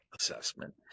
Assessment